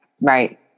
right